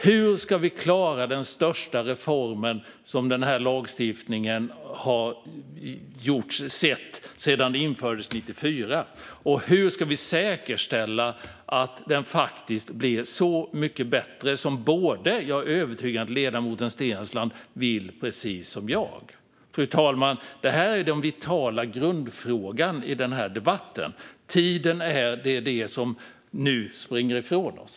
Hur ska vi klara den största reformen som den här lagstiftningen har sett sedan den infördes 1994? Och hur ska vi säkerställa att den faktiskt blir så mycket bättre som jag är övertygad om att ledamoten Steensland vill lika mycket som jag att den ska bli? Fru talman! Det här är den vitala grundfrågan i den här debatten. Det är tiden som nu springer ifrån oss.